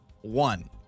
one